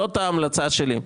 זאת ההמלצה שלי.